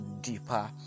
deeper